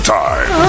time